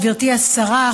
גברתי השרה,